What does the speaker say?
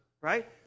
right